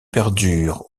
perdure